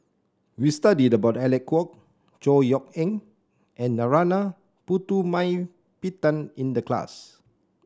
we studied about Alec Kuok Chor Yeok Eng and Narana Putumaippittan in the class